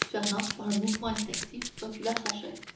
fernand par un mouvement instinctif recula sa chaise